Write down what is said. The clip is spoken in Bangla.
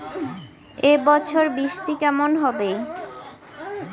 এবছর বৃষ্টি কেমন হবে?